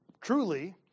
truly